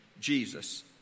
Jesus